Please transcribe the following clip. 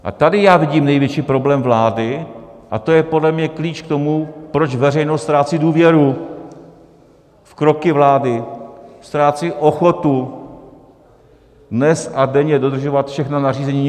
A tady já vidím největší problém vlády a to je podle mě klíč k tomu, proč veřejnost ztrácí důvěru v kroky vlády, ztrácí ochotu dnes a denně dodržovat všechna nařízení.